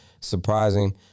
surprising